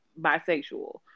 bisexual